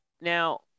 now